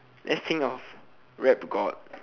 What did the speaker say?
let's think of rap god